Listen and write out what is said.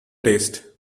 taste